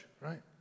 right